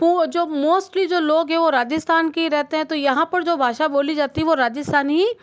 तो जो मोस्टली जो लोग हैं वो राजस्थान की रहते हैं तो यहाँ पर जो भाषा बोली जाती है वह राजस्थानी ही